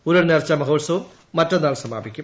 ഉരുൾ നേർച്ച മഹോത്സപ്പ് മറ്റുന്നാൾ സമാപിക്കും